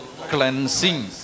Cleansing